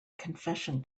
confession